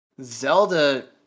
Zelda